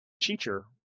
teacher